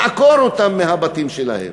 לעקור אותם מהבתים שלהם,